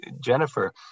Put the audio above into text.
Jennifer